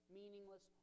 meaningless